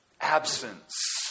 Absence